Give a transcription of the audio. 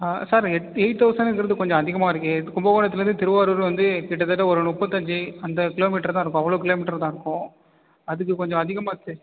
sir eight தெளசண்ட்ங்றது கொஞ்சம் அதிகமாக இருக்கே கும்பகோணத்துலேருந்து திருவாரூர் வந்து கிட்டத்தட்ட ஒரு முப்பத்தஞ்சி அந்த கிலோமீட்ரு தான் இருக்கும் அவ்வளோ கிலோமீட்ரு தான் இருக்கும் அதுக்கு கொஞ்சம் அதிகமாக